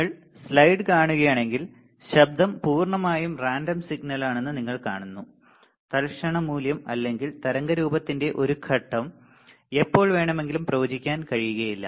നിങ്ങൾ സ്ലൈഡ് കാണുകയാണെങ്കിൽ ശബ്ദം പൂർണ്ണമായും റാൻഡം സിഗ്നലാണെന്ന് നിങ്ങൾ കാണുന്നു തൽക്ഷണ മൂല്യം അല്ലെങ്കിൽ തരംഗരൂപത്തിന്റെ ഒരു ഘട്ടം എപ്പോൾ വേണമെങ്കിലും പ്രവചിക്കാൻ കഴിയില്ല